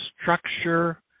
structure